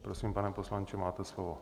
Prosím, pane poslanče, máte slovo.